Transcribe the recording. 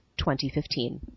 2015